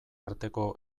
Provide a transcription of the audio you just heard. arteko